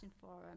forum